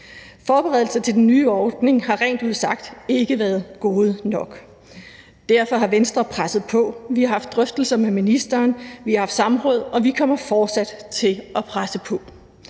Forberedelserne til den nye ordning har rent ud sagt ikke været gode nok. Derfor har Venstre presset på. Vi har haft drøftelser med ministeren, vi har haft samråd, og vi kommer fortsat til at presse på,